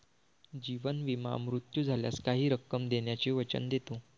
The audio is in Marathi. जीवन विमा मृत्यू झाल्यास काही रक्कम देण्याचे वचन देतो